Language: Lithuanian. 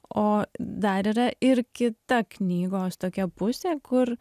o dar yra ir kita knygos tokia pusė kur